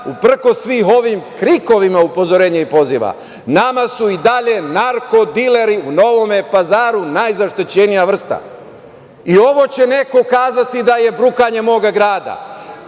uprkos svim ovim krikovima upozorenja i poziva nama su i dalje narkodileri u Novom Pazaru najzaštićenija vrsta i ovo će neko kazati da je brukanje moga grada. Dakle,